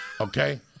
okay